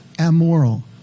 amoral